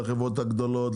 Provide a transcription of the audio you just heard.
לחברות הגדולות,